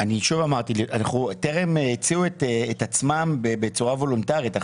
אני שוב אומר, טרם הציעו את עצמם בצורה וולונטרית.